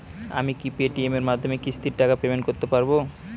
আমি কি Paytm এর মাধ্যমে কিস্তির টাকা পেমেন্ট করতে পারব?